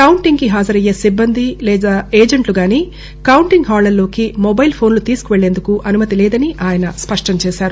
కౌంటింగ్కు హాజరయ్యే సిబ్బంది లేదా ఏజెంట్లు గానీ కౌంటింగ్ హాళ్లల్లోకి మొబైల్ ఫోన్లు తీసుకెళ్లేందుకు అనుమతి లేదని ఆయన స్పష్టం చేశారు